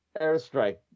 Airstrike